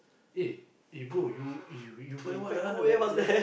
eh eh bro you you you buy what ah like